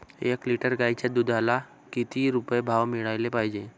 एक लिटर गाईच्या दुधाला किती रुपये भाव मिळायले पाहिजे?